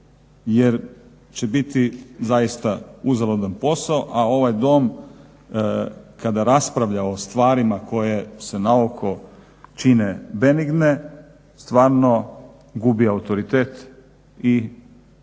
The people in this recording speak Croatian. jer će biti zaista uzaludan posao. A ovaj dom kada raspravlja o stvarima koje se naoko čine benigne stvarno gubi autoritet. I sami znate